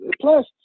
Plus